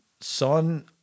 Son